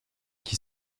qui